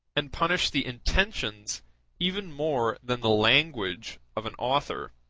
and punish the intentions even more than the language of an author.